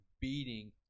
beating